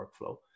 workflow